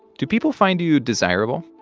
do people find you desirable?